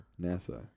NASA